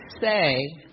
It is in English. say